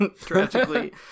tragically